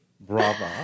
Bravo